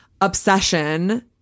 obsession